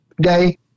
day